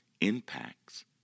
impacts